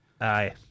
Aye